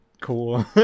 cool